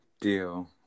deal